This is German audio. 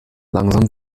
langsam